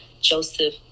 joseph